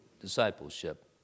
discipleship